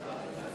נתקבלה.